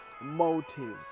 motives